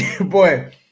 boy